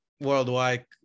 worldwide